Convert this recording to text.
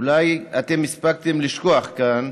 אולי אתם הספקתם לשכוח כאן